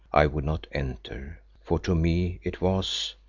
i would not enter, for to me it was,